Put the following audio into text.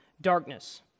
darkness